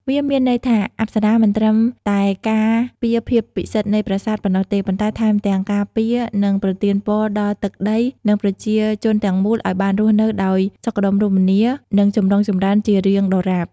វាមានន័យថា អប្សរាមិនត្រឹមតែការពារភាពពិសិដ្ឋនៃប្រាសាទប៉ុណ្ណោះទេ ប៉ុន្តែថែមទាំង ការពារ និងប្រទានពរដល់ទឹកដី និងប្រជាជនទាំងមូល ឲ្យបានរស់នៅដោយសុខដុមរមនា និងចម្រុងចម្រើនជារៀងដរាប។